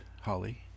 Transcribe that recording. Holly